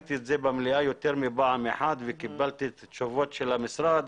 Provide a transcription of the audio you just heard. העליתי את הנושא הזה במליאה יותר מפעם אחת וקיבלתי תשובות של המשרד.